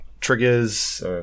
triggers